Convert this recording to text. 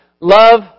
Love